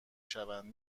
شوند